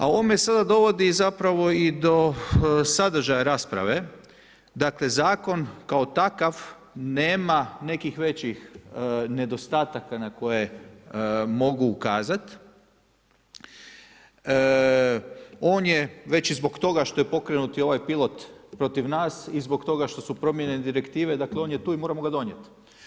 A ovo me sada dovodi zapravo i do sadržaja rasprave, dakle zakon kao takav nema nekih većih nedostataka na koje mogu ukazat, on je već i zbog toga što je pokrenut i ovaj pilot protiv nas i zbog toga što su promijenjene direktive, dakle on je tu i moramo ga donijet.